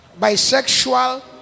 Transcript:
bisexual